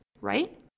Right